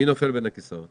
מי נופל בין הכיסאות?